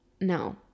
no